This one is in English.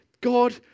God